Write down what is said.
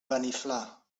beniflà